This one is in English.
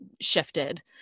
shifted